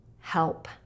help